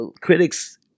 critics